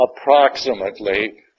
approximately